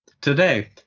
Today